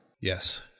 Yes